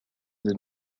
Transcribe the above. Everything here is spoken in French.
d’un